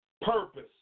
Purpose